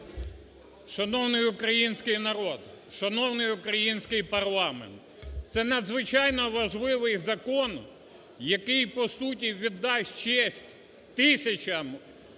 Шановний український народ! Шановний український парламент! Це надзвичайно важливий закон, який по суті віддасть честь тисячам,